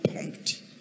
pumped